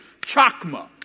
chakma